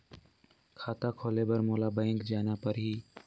खाता खोले बर मोला बैंक जाना परही?